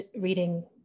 reading